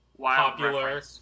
popular